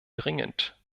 dringend